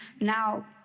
Now